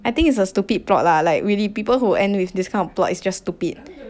I think it's a stupid plot lah like really people who end with this kind of plot is just stupid